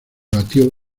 batió